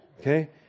Okay